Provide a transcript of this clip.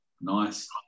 Nice